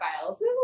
Files